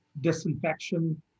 disinfection